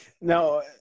Now